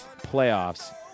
playoffs